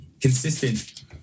consistent